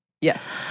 Yes